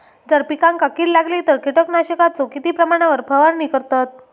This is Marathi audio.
जर पिकांका कीड लागली तर कीटकनाशकाचो किती प्रमाणावर फवारणी करतत?